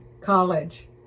college